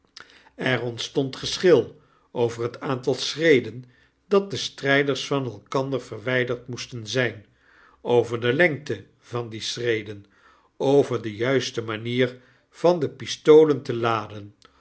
er ontstond geschil over het aantal schreden dat de stryders van elkander verwyderd moesten zijn over de lengte van die schreden over de juiste manier van de pistolen te laden